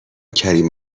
کریم